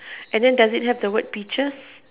and then does it have the word peaches